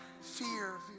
fear